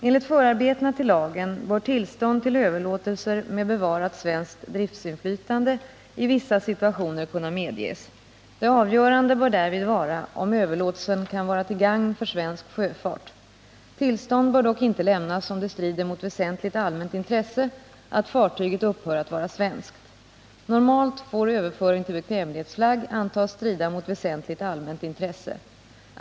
Enligt förarbetena till lagen bör tillstånd till överlåtelser med bevarat svenskt driftsinflytande i vissa situationer kunna medges. Det avgörande bör därvid vara om överlåtelsen kan vara till gagn för svensk sjöfart. Tillstånd bör dock inte lämnas, om det strider mot väsentligt allmänt intresse att fartyget upphör att vara svenskt. Normalt får överföring till bekvämlighetsflagg antas strida mot väsentligt allmänt intresse.